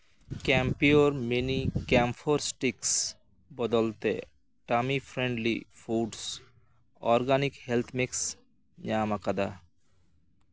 ᱠᱮᱢᱯᱤᱭᱳᱨ mini camphor sticks ᱵᱚᱫᱚᱞ ᱛᱮ tummy friendly foods organic health mix ᱧᱟᱢ ᱟᱠᱟᱫᱟ